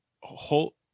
whole